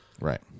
Right